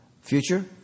Future